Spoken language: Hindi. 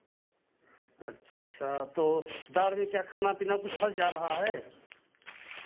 अच्छा अच्छा तो दाँत में क्या खाना पीना कुछ फँस जा रहा है